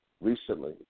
recently